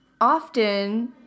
Often